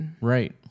Right